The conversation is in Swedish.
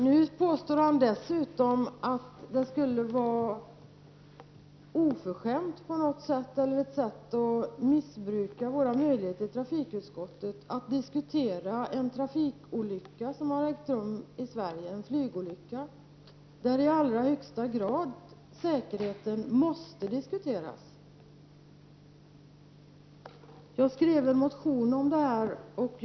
Nu påstår han dessutom att det på något sätt skulle vara oförskämt eller ett sätt att missbruka våra möjligheter i trafikutskottet att diskutera en flygolycka som har ägt rum i Sverige och där flygsäkerheten i allra högsta grad måste diskuteras. Jag väckte en motion med anledning av olyckan.